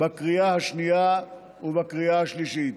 בקריאה השנייה ובקריאה השלישית.